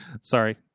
sorry